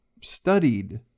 studied